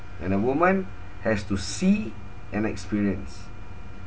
and a woman has to see and experience